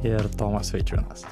ir tomas vaičiūnas